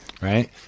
right